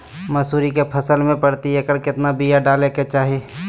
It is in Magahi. मसूरी के फसल में प्रति एकड़ केतना बिया डाले के चाही?